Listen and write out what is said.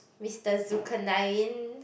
Mister Zukanin